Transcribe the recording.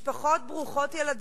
משפחות ברוכות ילדים,